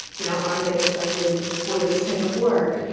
you know, are they cited for this type of work?